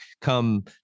come